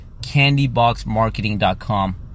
candyboxmarketing.com